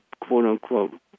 quote-unquote